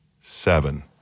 seven